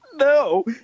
No